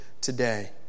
today